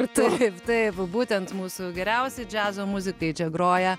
ir taip taip būtent mūsų geriausiai džiazo muzikai čia groja